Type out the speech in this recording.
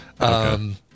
Okay